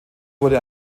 wurde